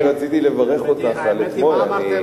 אני רציתי לברך אותך על אתמול,